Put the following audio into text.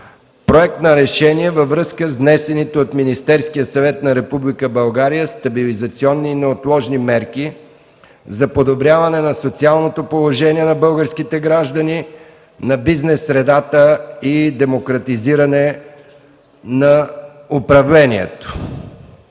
Проект на решение във връзка с внесените от Министерския съвет на Република България „Стабилизационни и неотложни мерки за подобряване на социалното положение на българските граждани, на бизнес средата и демократизиране на управлението”.